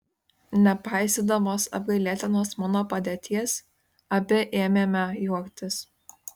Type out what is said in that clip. nepaisydamos apgailėtinos mano padėties abi ėmėme juoktis